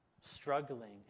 struggling